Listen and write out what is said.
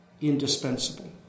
indispensable